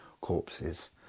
corpses